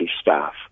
staff